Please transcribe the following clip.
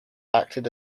acted